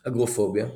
אגורפוביה,